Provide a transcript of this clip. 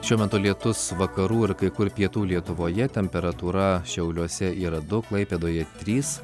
šiuo metu lietus vakarų ir kai kur pietų lietuvoje temperatūra šiauliuose yra du klaipėdoje trys